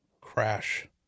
crash